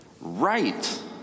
right